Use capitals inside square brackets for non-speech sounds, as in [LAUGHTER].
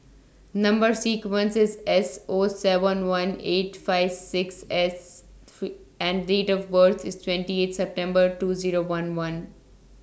Number sequence IS S O seven one eight five six S [UNINTELLIGIBLE] and Date of birth IS twenty eight September two Zero one one